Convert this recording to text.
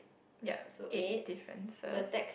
ya eight differences